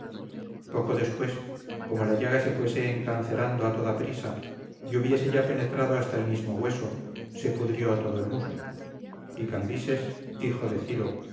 poco después como la llaga se fuese encancerando a toda prisa y hubiese ya penetrado hasta el mismo hueso se pudrió todo el muslo y cambises hijo de ciro